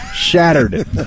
Shattered